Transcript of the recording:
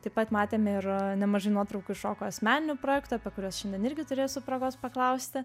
taip pat matėme ir nemažai nuotraukų iš roko asmeninių projektų apie kuriuos šiandien irgi turėsiu progos paklausti